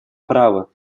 права